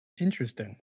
Interesting